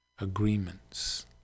agreements